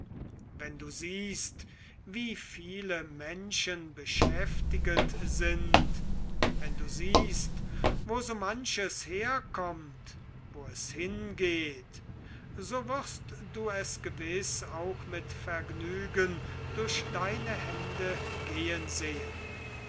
wenn du siehst wie viele menschen beschäftiget sind wenn du siehst wo so manches herkommt wo es hingeht so wirst du es gewiß auch mit vergnügen durch deine hände gehen sehen